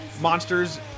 monsters